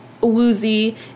Woozy